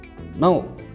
Now